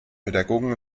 pädagogen